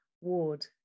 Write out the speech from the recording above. ward